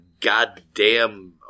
goddamn